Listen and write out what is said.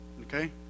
Okay